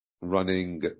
running